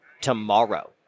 tomorrow